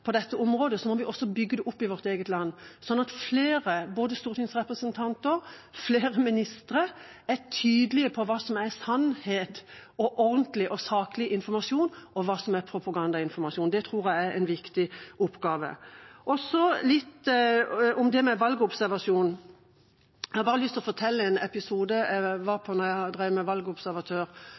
på dette området, må vi også bygge det opp i vårt eget land, sånn at flere både stortingsrepresentanter og ministre er tydelige på hva som er sannhet og ordentlig og saklig informasjon, og hva som er propagandainformasjon. Det tror jeg er en viktig oppgave. Så litt om dette med valgobservasjon. Jeg har lyst til bare å fortelle om en episode fra da jeg drev med